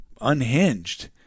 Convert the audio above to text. unhinged